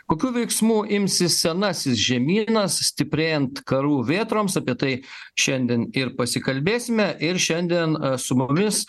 kokių veiksmų imsis senasis žemynas stiprėjant karų vėtroms apie tai šiandien ir pasikalbėsime ir šiandien su mumis